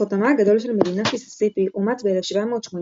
חותמה הגדול של מדינת מיסיסיפי אומץ ב-1789,